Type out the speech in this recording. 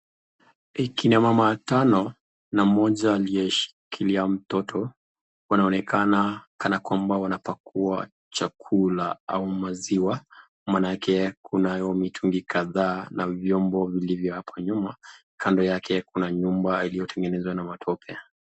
Kina mama tano na mmoja aliyeshikilia mtoto wanaonekana kana kwamba wanapakua chakula au maziwa maanake kunayo mitungi kadhaa na vyombo vilvyo hapa nyuma, kando yake kuna nyumba iliyotengenezwa na matope.